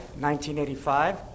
1985